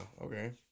Okay